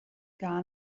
gar